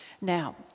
now